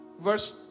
Verse